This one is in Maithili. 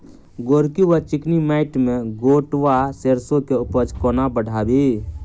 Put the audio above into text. गोरकी वा चिकनी मैंट मे गोट वा सैरसो केँ उपज कोना बढ़ाबी?